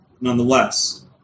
nonetheless